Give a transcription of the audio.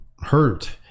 hurt